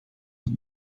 het